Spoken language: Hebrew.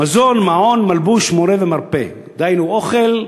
מזון, מעון, מלבוש, מורה ומרפא, דהיינו, אוכל,